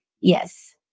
Yes